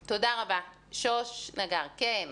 שוש נגר, בבקשה.